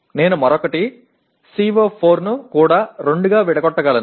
నేను మరొకటి CO4 ను కూడా రెండుగా విడగొట్టగలను